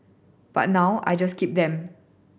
but now I just keep them